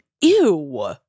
Ew